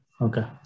Okay